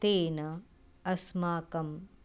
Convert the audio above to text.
तेन अस्माकम्